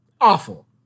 awful